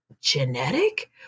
genetic